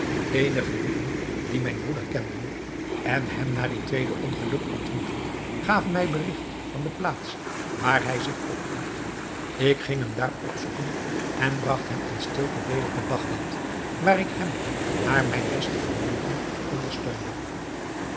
eenige lieden die mijn broeder kenden en hem na dit tweede ongeluk ontmoetten gaven mij berigt van de plaats waar hij zich ophield ik ging hem daar opzoeken en bragt hem in stilte weder te bagdad waar ik hem naar mijn beste vermogen ondersteunde